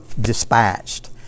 dispatched